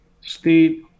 state